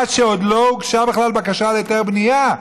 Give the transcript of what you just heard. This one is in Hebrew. כשעוד לא הוגשה בכלל בקשה להיתר בנייה,